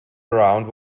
around